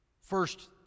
First